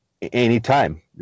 Anytime